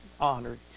honored